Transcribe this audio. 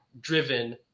driven